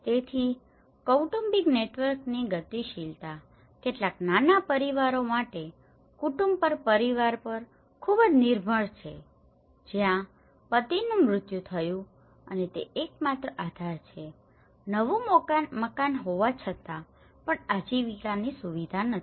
તેથી કૌટુંબિક નેટવર્કની ગતિશીલતા કેટલાક નાના પરિવારો માટે કુટુંબ પર પરિવાર પર ખૂબ જ નિર્ભર છે જ્યાં પતિનું મૃત્યુ થયું અને તે એકમાત્ર આધાર છે નવું મકાન હોવા છતાં પણ આજીવિકાની સુવિધા નથી